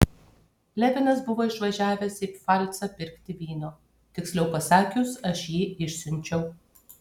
levinas buvo išvažiavęs į pfalcą pirkti vyno tiksliau pasakius aš jį išsiunčiau